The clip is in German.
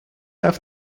auf